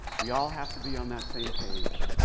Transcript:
we all have to be on that same page.